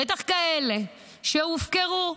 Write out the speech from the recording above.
בטח כאלה שהופקרו,